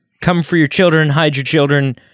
come-for-your-children-hide-your-children